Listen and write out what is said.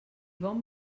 bon